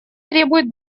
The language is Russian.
требуют